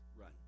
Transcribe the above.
run